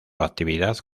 actividad